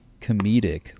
comedic